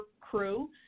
crew